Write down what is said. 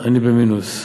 אני במינוס.